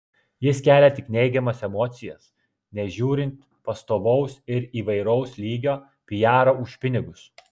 jis kelia tik neigiamas emocijas nežiūrint pastovaus ir įvairaus lygio pijaro už pinigus